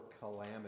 calamity